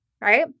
right